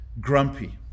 grumpy